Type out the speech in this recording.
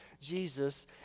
Jesus